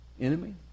enemy